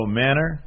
manner